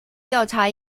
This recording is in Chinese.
调查